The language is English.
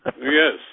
Yes